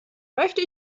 möchte